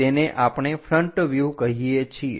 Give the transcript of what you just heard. તેને આપણે ફ્રન્ટ વ્યુહ કહીએ છીએ